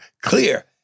Clear